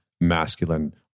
masculine